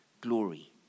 glory